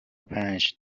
پنج